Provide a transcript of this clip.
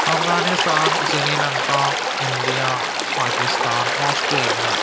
Afghanistan Sri Lanka India Pakistan Australia